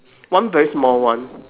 one very small one